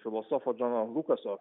filosofo džono lukaso